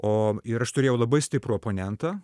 o ir aš turėjau labai stiprų oponentą